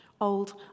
old